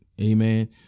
amen